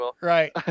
right